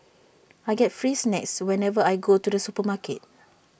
I get free snacks whenever I go to the supermarket